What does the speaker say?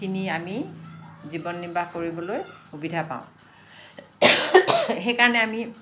কিনি আমি জীৱন নিৰ্বাহ কৰিবলৈ সুবিধা পাওঁ সেইকাৰণে আমি